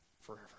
forever